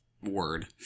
Word